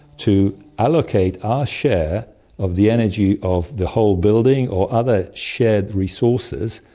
to allocate our share of the energy of the whole building or other shared resources,